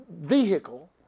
vehicle